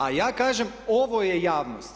A ja kažem ovo je javnost.